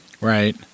right